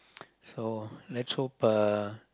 so let's hope uh